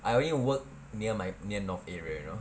I only work near my near north area you know